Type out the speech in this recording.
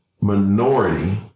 minority